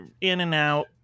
in-and-out